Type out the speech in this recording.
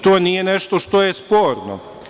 To nije nešto što je sporno.